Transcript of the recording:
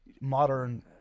modern